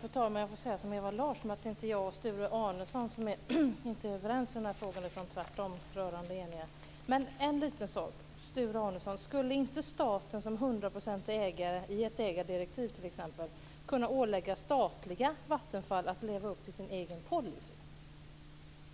Fru talman! Jag får säga som Ewa Larsson: Det är inte jag och Sture Arnesson som inte är överens i den här frågan. Vi är tvärtom rörande eniga. Men jag vill ta upp en liten sak, Sture Arnesson. Skulle inte staten som hundraprocentig ägare, i ett ägardirektiv t.ex., kunna ålägga statliga Vattenfall att leva upp till sin egen policy?